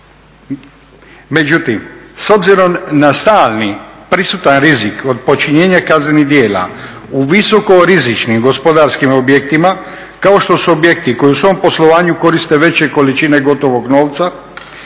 Međutim, s obzirom na stalni prisutan rizik od počinjenja kaznenih djela u visoko rizičnim gospodarskim objektima kao što su objekti koji u svom poslovanju koriste veće količine gotovog novca